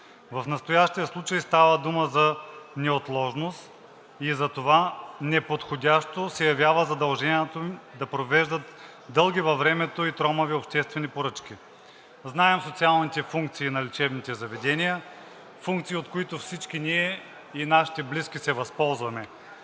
В настоящия случай става дума за неотложност и затова неподходящо се явява задължението да провеждат дълги във времето и тромави обществени поръчки. Знаем социалните функции на лечебните заведения, функции, от които всички ние и нашите близки се възползваме.